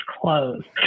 closed